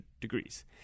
degrees